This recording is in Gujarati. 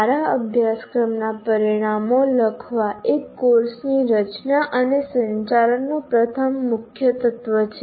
સારા અભ્યાસક્રમના પરિણામો લખવા એ કોર્સની રચના અને સંચાલનનો પ્રથમ મુખ્ય તત્વ છે